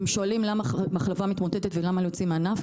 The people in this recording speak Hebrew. אתם שואלים למה מחלבה מתמוטטת ולמה יוצאים מהענף,